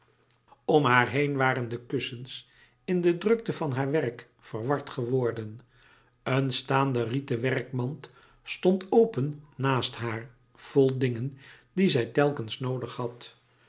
om haar heen waren de kussens in de drukte van haar werk verward geworden een staande rieten werkmand stond open naast haar vol dingen die zij telkens noodig had